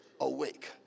awake